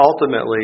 ultimately